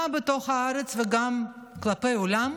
גם בתוך הארץ וגם כלפי העולם,